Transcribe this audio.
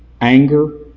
anger